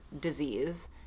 disease